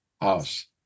house